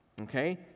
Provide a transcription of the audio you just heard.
okay